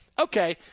okay